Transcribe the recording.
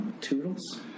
toodles